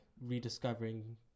rediscovering